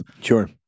Sure